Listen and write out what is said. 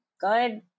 good